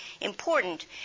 important